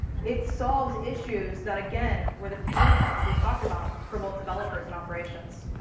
it solves issues that, again, were the pain points we talked about for both developers and operations.